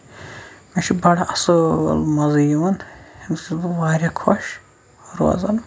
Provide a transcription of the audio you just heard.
مےٚ چھُ بَڈٕ اَصٕل مَزٕ یِوان ییٚمہِ سۭتۍ بہٕ واریاہ خۄش روزان